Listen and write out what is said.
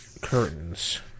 curtains